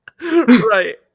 Right